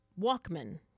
Walkman